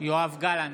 יואב גלנט,